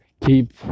keep